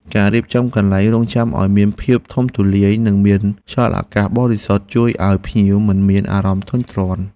ការរៀបចំកន្លែងរង់ចាំឱ្យមានភាពធំទូលាយ និងមានខ្យល់អាកាសបរិសុទ្ធជួយឱ្យភ្ញៀវមិនមានអារម្មណ៍ធុញទ្រាន់។